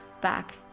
back